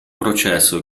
processo